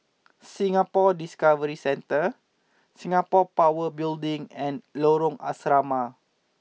Singapore Discovery Centre Singapore Power Building and Lorong Asrama